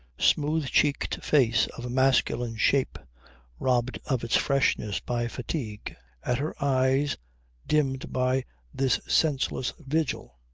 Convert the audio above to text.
smooth-cheeked face of masculine shape robbed of its freshness by fatigue at her eyes dimmed by this senseless vigil.